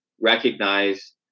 recognize